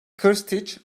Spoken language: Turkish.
krstiç